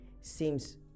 seems